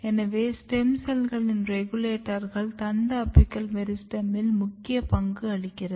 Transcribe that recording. எனவே ஸ்டெம் செல்களின் ரெகுலேட்டர்கள் தண்டு அபிக்கல் மெரிஸ்டெமில் முக்கிய பங்களிக்கிறது